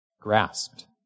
grasped